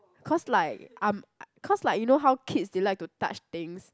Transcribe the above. cause like um uh cause like you know how kids they like to touch things